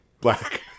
black